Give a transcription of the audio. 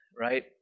right